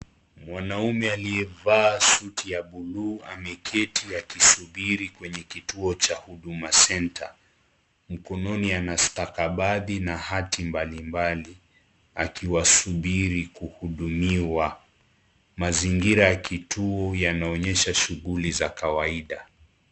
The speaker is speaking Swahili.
Mwanaume aiyevaa suti ya bluu ameketi akisubiri kwenye kituo cha huduma center, mkononi anastakabadhi na hati mbalimbali akiwasubiri kuhudumiwa, mazingira ya kituo yanaonyesha shuguli za kawaida .